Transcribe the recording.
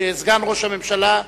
סגן ראש הממשלה,